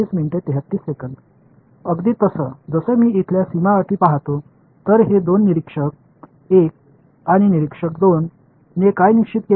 இங்குள்ள பௌண்டரி கண்டிஷன்ஸ்களைப் பார்த்தால் இந்த இரண்டையும் பார்வையாளர் 1 மற்றும் பார்வையாளர் 2 ஆல் நிர்ணயிக்கப்படுகின்றன